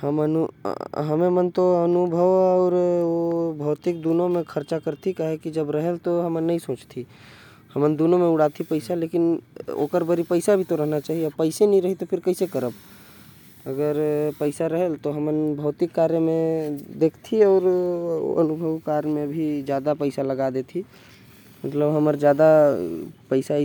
हमन अनुभव और दोनों में पैसा खर्चा करथी। ओकर बर पाइसा रहेल तब ना जब पाइसा रहेल तो खर्चा करथी। अब जानथस ना गांव कति कितना पेइसा मिलेल सौ दो